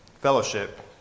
fellowship